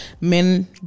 Men